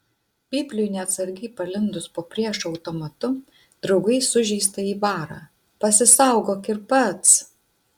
pypliui neatsargiai palindus po priešo automatu draugai sužeistąjį bara pasisaugok ir pats